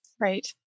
Right